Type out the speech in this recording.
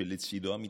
כשלצידו המתנחלים,